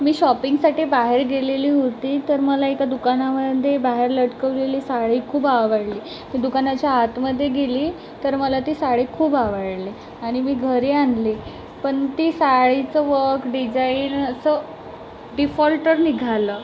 मी शॉपिंगसाठी बाहेर गेलेली होती तर मला एका दुकानामध्ये बाहेर लटकवलेली साडी खूप आवडली मी दुकानाच्या आतमध्ये गेली तर मला ती साडी खूप आवडली आणि मी घरी आणली पण त्या साडीचं वर्क डिझाईन असं डिफॉल्टर निघालं